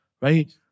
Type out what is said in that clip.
right